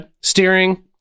Steering